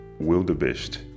wildebeest